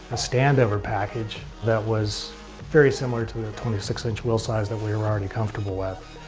a stand over package, that was very similar to the twenty six inch wheel size that we were already comfortable with.